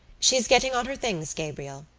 she's getting on her things, gabriel,